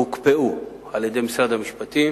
הוקפאו על-ידי משרד המשפטים